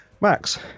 Max